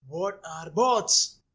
what are bots?